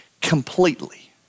completely